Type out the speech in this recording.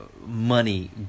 money